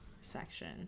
section